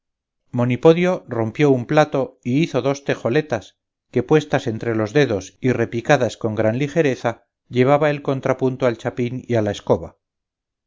monipodio rompió un plato y hizo dos tejoletas que puestas entre los dedos y repicadas con gran ligereza llevaba el contrapunto al chapín y a la escoba